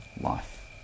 life